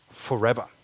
forever